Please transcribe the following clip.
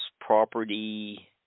property